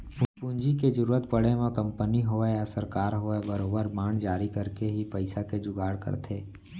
पूंजी के जरुरत पड़े म कंपनी होवय या सरकार होवय बरोबर बांड जारी करके ही पइसा के जुगाड़ करथे